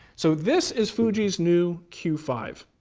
so this is fuji's new q five,